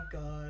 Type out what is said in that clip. God